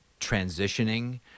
transitioning